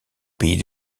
pays